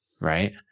Right